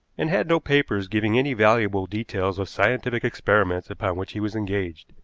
and had no papers giving any valuable details of scientific experiments upon which he was engaged.